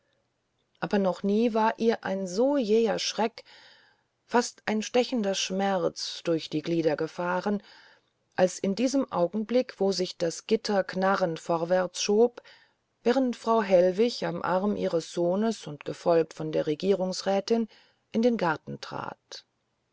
hatte noch nie aber war ihr ein so jäher schreck fast ein stechender schmerz durch die glieder gefahren als in diesem augenblick wo sich das gitter knarrend vorwärtsschob während frau hellwig am arme ihres sohnes und gefolgt von der regierungsrätin in den garten trat